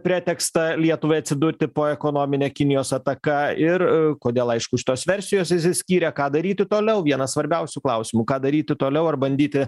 pretekstą lietuvai atsidurti po ekonomine kinijos ataka ir kodėl aišku šitos versijos išsiskyrė ką daryti toliau vienas svarbiausių klausimų ką daryti toliau ar bandyti